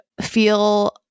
feel